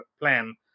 plan